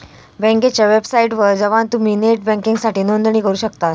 बँकेच्या वेबसाइटवर जवान तुम्ही नेट बँकिंगसाठी नोंदणी करू शकतास